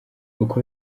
uko